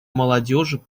молодежи